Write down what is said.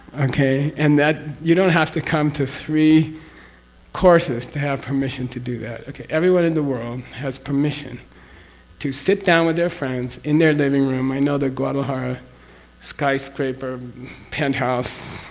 okay? and that, you don't have to come to three courses to have permission to do that. okay, everyone in the world has permission to sit down with their friends in their living room. i know the guadalajara skyscraper penthouse